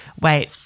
Wait